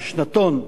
זה שנתון,